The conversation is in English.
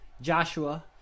Joshua